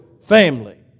family